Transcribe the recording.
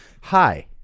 hi